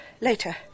Later